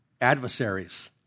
adversaries